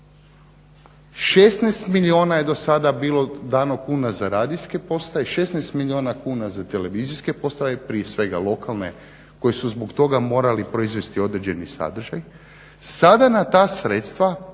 16 milijuna je do sada bilo dano kuna za radijske postaje, 16 milijuna kuna za televizijske postavke prije svega lokalne koji su zbog toga morali proizvesti određeni sadržaj, sada na ta sredstva